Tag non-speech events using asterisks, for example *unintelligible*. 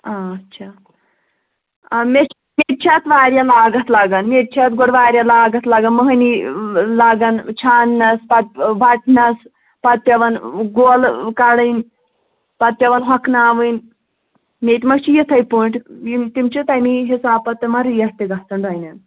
آچھا آ *unintelligible* چھِ اَتھ واریاہ لاگَتھ لَگان مےٚ تہِ چھِ اَتھ گۄڈٕ واریاہ لاگَتھ لَگان مٔہنی لاگان چھانٛنَس پَتہٕ وَٹنَس پَتہٕ پٮ۪وان گۄلہٕ کَڑٕنۍ پَتہٕ پٮ۪وان ہۄکھناوٕنۍ مےٚ تہِ ما چھِ یِتھَے پٲنٛٹھۍ یِم تِم چھِ تَمی حِساب پَتہٕ تِمَن ریٹ تہِ گژھان ڈۄنٮ۪ن